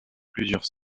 plusieurs